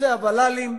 נושא הוול"לים,